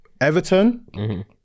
Everton